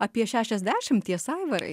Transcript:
apie šešiasdešim tiesa aivarai